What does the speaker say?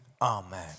Amen